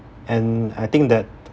and I think that